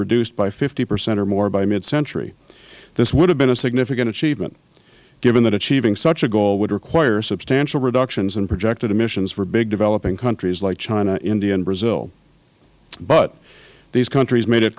reduced by fifty percent or more by mid century this would have been a significant achievement given that achieving such a goal would require substantial reductions in projected emissions for big developing countries like china india and brazil but these countries made it